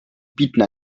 bieten